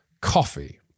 coffee